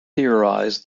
theorized